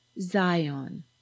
Zion